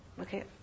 Okay